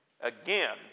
again